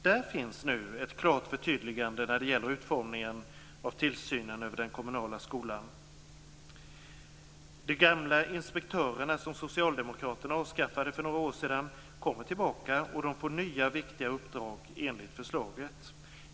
Där finns nu ett klart förtydligande när det gäller utformningen av tillsynen över den kommunala skolan. De gamla inspektörerna som Socialdemokraterna avskaffade för några år sedan kommer tillbaka, och de får nya viktiga uppdrag enligt förslaget.